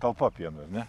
talpa pieno ar ne